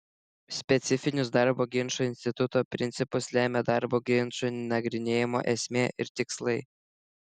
specifinius darbo ginčų instituto principus lemia darbo ginčų nagrinėjimo esmė ir tikslai